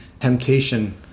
temptation